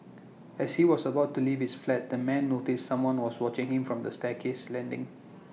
as he was about to leave his flat the man noticed someone was watching him from the staircase landing